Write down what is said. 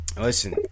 Listen